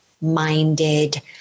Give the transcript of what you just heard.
minded